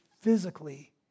physically